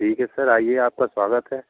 ठीक है सर आइए आपका स्वागत है